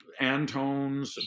antones